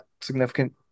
significant